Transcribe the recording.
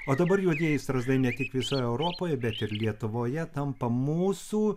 o dabar juodieji strazdai ne tik visoj europoje bet ir lietuvoje tampa mūsų